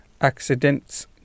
accidents